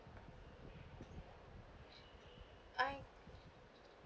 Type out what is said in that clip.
I